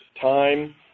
time